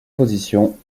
position